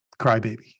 crybaby